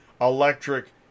electric